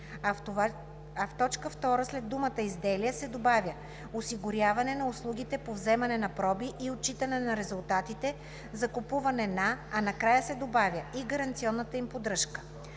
а в т. 2 след думата „изделия“ се добавя „осигуряване на услугите по взимане на проби и отчитане на резултатите, закупуване на“, а накрая се добавя „и гаранционната им поддръжка“;